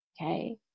okay